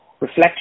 reflection